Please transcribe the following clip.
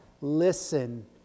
listen